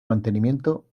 mantenimiento